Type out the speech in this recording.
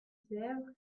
sèvre